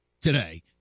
today